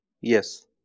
Yes